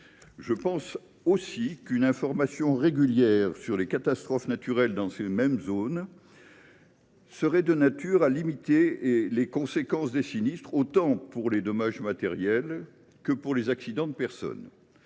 En outre, une information régulière sur les catastrophes naturelles dans ces mêmes zones serait de nature à limiter les conséquences des sinistres, en ce qui concerne tant les dommages matériels que les accidents de personnes.